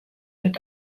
wird